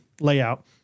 layout